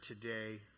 today